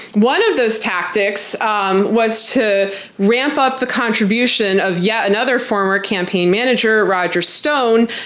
one of those tactics um was to ramp up the contribution of yet another former campaign manager, roger stone,